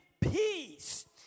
peace